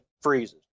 freezes